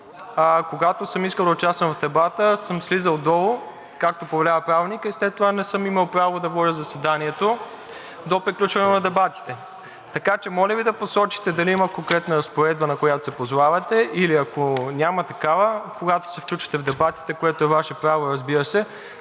когато съм искал да участвам в дебата, съм слизал долу, както повелява Правилникът, и след това не съм имал право да водя заседанието до приключване на дебатите. Така че, моля Ви да посочите дали има конкретна разпоредба, на която се позовавате, и ако няма такава, когато се включвате в дебатите, което е Ваше право, разбира се,